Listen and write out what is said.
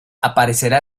aparecerá